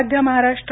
Madhya Maharashtra